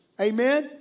Amen